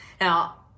Now